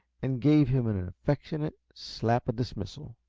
and gave him an affectionate slap of dismissal.